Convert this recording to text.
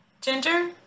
Ginger